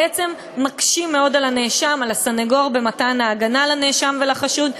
בעצם מקשים מאוד על הנאשם ועל הסנגור במתן הגנה לנאשם ולחשוד.